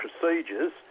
procedures